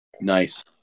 Nice